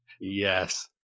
yes